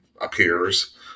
appears